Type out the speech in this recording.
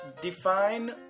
Define